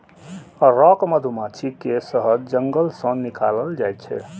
rock मधुमाछी के शहद जंगल सं निकालल जाइ छै